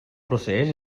procés